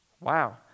Wow